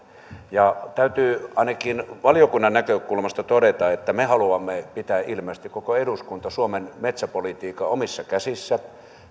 täytyy ainakin valiokunnan näkökulmasta todeta että me haluamme pitää ilmeisesti koko eduskunta suomen metsäpolitiikan omissa käsissämme